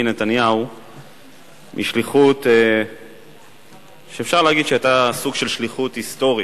נתניהו משליחות שאפשר להגיד שהיתה סוג של שליחות היסטורית,